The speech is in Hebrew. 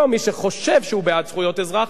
לא מי שחושב שהוא בעד זכויות אזרח,